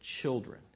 children